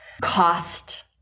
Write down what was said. cost